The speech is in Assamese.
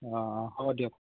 অঁ অঁ হ'ব দিয়ক